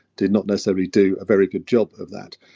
did not necessarily do a very good job of that.